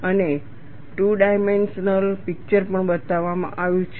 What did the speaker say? અને two dimensional picture પણ બતાવવામાં આવ્યું છે